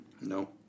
No